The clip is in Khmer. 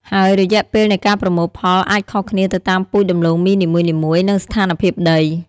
ហើយរយៈពេលនៃការប្រមូលផលអាចខុសគ្នាទៅតាមពូជដំឡូងមីនីមួយៗ និងស្ថានភាពដី។